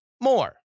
more